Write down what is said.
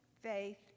faith